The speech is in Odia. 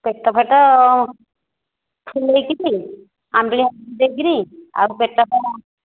ପେଟ ଫେଟ ଫୁଲେଇକରି ଆମ୍ବିଳା ଦେଇକିରି ଆଉ ପେଟଟା